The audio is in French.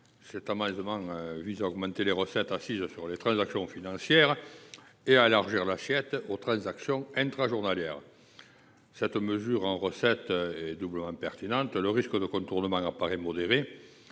Cet amendement vise à augmenter les recettes assises sur les transactions financières et à élargir l’assiette de la TTF aux transactions intrajournalières. Cette mesure est doublement pertinente : le risque de contournement apparaît modéré